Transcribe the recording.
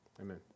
amen